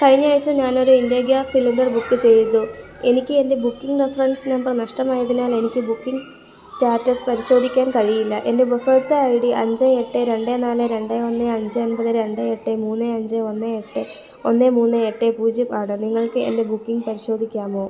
കഴിഞ്ഞ ആഴ്ച ഞാനൊരു ഇൻഡേൻ ഗ്യാസ് സിലിണ്ടർ ബുക്ക് ചെയ്തു എനിക്ക് എൻ്റെ ബുക്കിംഗ് റഫറൻസ് നമ്പർ നഷ്ടമായതിനാൽ എനിക്ക് ബുക്കിംഗ് സ്റ്റാറ്റസ് പരിശോധിക്കാൻ കഴിയില്ല എൻ്റെ ഉപഭോക്തൃ ഐ ഡി അഞ്ച് എട്ട് രണ്ട് നാല് രണ്ട് ഒന്ന് അഞ്ച് ഒൻപത് രണ്ട് എട്ട് മൂന്ന് അഞ്ച് ഒന്ന് എട്ട് ഒന്ന് മൂന്ന് എട്ട് പൂജ്യം ആണ് നിങ്ങൾക്ക് എൻ്റെ ബുക്കിംഗ് പരിശോധിക്കാമോ